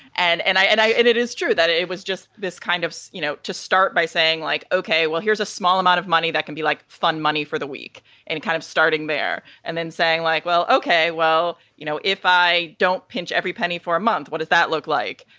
and and i and i it it is true that it it was just this kind of, you know, to start by saying, like, ok, well, here's a small amount of money that can be like fun money for the week and kind of starting there and then saying like, well, ok, well, you know, if i don't pinch every penny for a month, what does that look like?